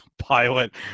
pilot